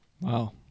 Wow